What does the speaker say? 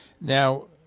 now